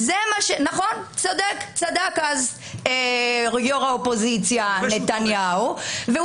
צדק אז יו"ר האופוזיציה נתניהו.